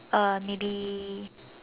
uh maybe